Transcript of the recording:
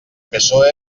psoe